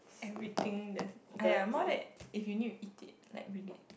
everything that I'm more than if you need it eat it like really